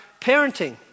parenting